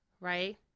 Right